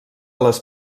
les